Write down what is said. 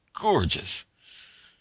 gorgeous